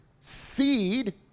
seed